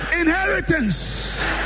inheritance